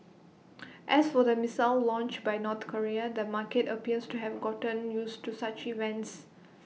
as for the missile launch by North Korea the market appears to have gotten used to such events